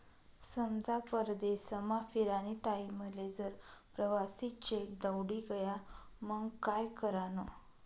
समजा परदेसमा फिरानी टाईमले जर प्रवासी चेक दवडी गया मंग काय करानं?